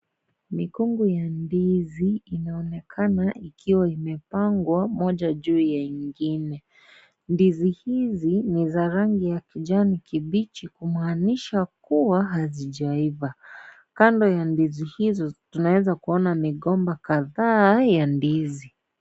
Mikunga ya ndizi anaonekana ikiwa imepangwa moja juu ya ingine. Ndizi hizi ni za rangi ya kijani kibichi, kumaanisha kuwa hazijaiva. Kando ya ndizi hizo tunaweza kuona migomba kadhaa ya ndizi.